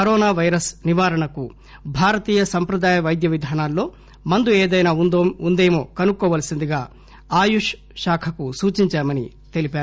corona virus నివారణకు భారతీయ సంప్రదాయ పైద్య విధానాల్లో మందు ఏదైనా వుందేమో కనుక్కోవలసిందిగా ఆయుష్ శాఖకు సూచించామని తెలిపారు